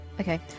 okay